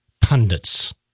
pundits